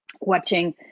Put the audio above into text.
watching